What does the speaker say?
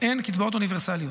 הן קצבאות אוניברסליות,